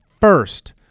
first